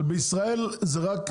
בישראל זה רק,